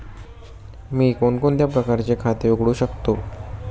मी कोणकोणत्या प्रकारचे खाते उघडू शकतो?